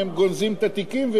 ובזה נגמר הסיפור.